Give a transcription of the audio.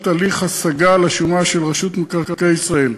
הליך השגה על השומה של רשות מקרקעי ישראל.